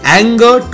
anger